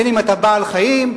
בין שאתה בעל-חיים,